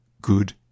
good